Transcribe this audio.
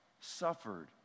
suffered